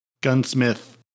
gunsmith